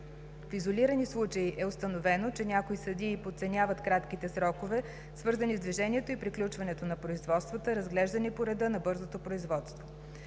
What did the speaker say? В изолирани случаи е установено, че някои съдии подценяват кратките срокове, свързани с движението и приключването на производствата, разглеждани по реда на бързото производство.